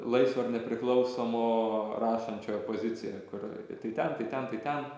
laisvo ir nepriklausomo rašančiojo poziciją kur tai ten tai ten tai ten